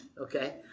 Okay